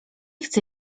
chcę